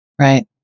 Right